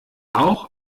auch